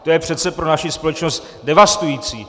To je přece pro naši společnost devastující.